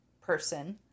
person